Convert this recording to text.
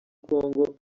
congo